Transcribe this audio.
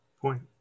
point